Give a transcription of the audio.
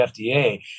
FDA